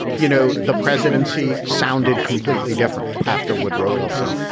you know, the presidency sounded completely different after woodrow wilson.